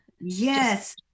Yes